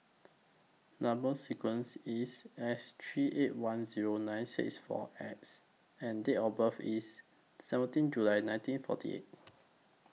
Number sequence IS S three eight one Zero nine six four X and Date of birth IS seventeen July nineteen forty eight